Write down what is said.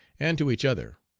and to each other.